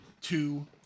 Two